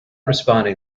responding